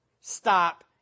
Stop